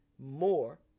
more